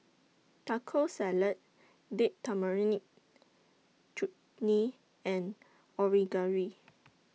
Taco Salad Date Tamarind Chutney and